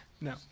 No